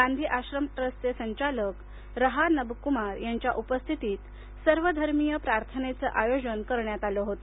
गांधी आश्रम ट्रस्टचे संचालक रहा नब कुमार यांच्या उपस्थितीत सर्वधर्मीय प्रार्थनेचे आयोजन करण्यात आले होते